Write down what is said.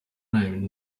name